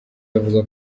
avuga